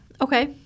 Okay